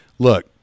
Look